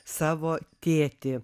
savo tėtį